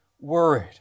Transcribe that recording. worried